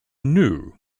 new